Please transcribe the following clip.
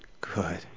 Good